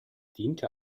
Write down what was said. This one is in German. diente